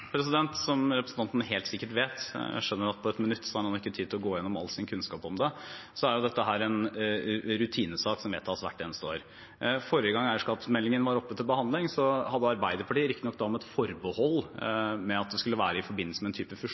Telenor? Som representanten helt sikkert vet – jeg skjønner at på ett minutt har man ikke tid til å gå igjennom all sin kunnskap om det – er jo dette en rutinesak som vedtas hvert eneste år. Forrige gang eierskapsmeldingen var oppe til behandling, hadde Arbeiderpartiet, riktignok med et forbehold om at det skulle være i forbindelse med en type